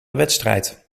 wedstrijd